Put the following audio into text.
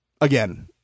again